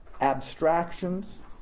abstractions